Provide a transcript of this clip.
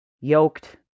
yoked